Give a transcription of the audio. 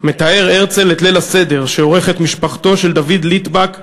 מתאר הרצל את ליל הסדר שעורכת משפחתו של דוד ליטבק בטבריה,